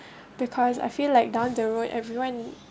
because I feel like down the road everyone